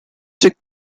daniel